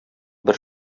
бер